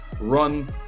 Run